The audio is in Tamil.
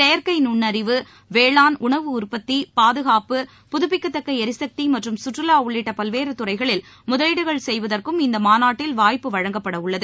செயற்கை நுண்ணறிவு வேளாண் உணவு உற்பத்தி பாதுகாப்பு புதுப்பிக்கத்தக்க எரிசக்தி மற்றும் கற்றுவா உள்ளிட்ட பல்வேறு துறைகளில் முதலீடுகள் செய்வதற்கும் இந்த மாநாட்டில் வாய்ப்பு வழங்கப்படவுள்ளது